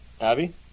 Abby